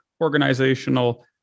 organizational